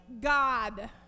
God